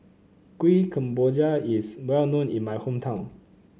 Kuih Kemboja is well known in my hometown